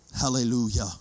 Hallelujah